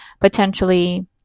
potentially